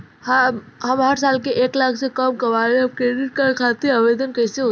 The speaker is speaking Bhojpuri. हम हर साल एक लाख से कम कमाली हम क्रेडिट कार्ड खातिर आवेदन कैसे होइ?